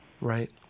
Right